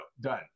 done